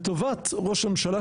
לטובת ראש הממשלה,